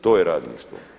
To je radništvo.